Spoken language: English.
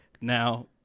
Now